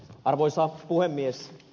arvoisa puhemies